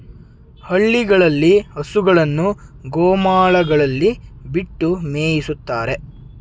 ಹಳ್ಳಿಗಳಲ್ಲಿ ಹಸುಗಳನ್ನು ಗೋಮಾಳಗಳಲ್ಲಿ ಬಿಟ್ಟು ಮೇಯಿಸುತ್ತಾರೆ